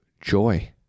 Joy